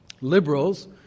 Liberals